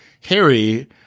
Harry